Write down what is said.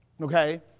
Okay